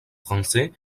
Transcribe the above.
français